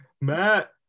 Matt